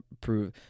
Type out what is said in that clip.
prove